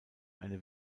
eine